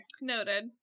Noted